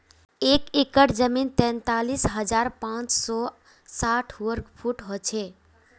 एक एकड़ जमीन तैंतालीस हजार पांच सौ साठ वर्ग फुट हो छे